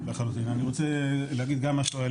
אני רוצה להגיד גם משהו,